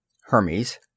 Hermes